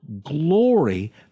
glory